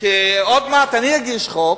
כי עוד מעט אני אגיש חוק,